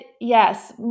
yes